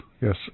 yes